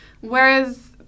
whereas